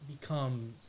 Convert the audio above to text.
becomes